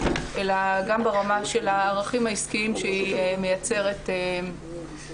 אלא גם ברמה של הערכים העסקיים שהיא מייצרת לכלכלה.